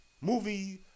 movie